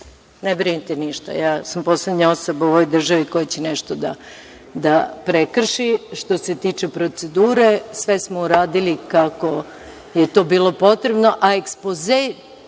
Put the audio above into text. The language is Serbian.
ne brinite ništa, ja sam poslednja osoba u ovoj državi koja će nešto da prekrši. Što se tiče procedure, sve smo uradili kako je to bilo potrebno, a ekspoze